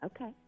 Okay